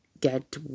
get